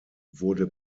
wurde